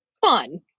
Fun